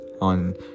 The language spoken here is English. on